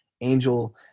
Angel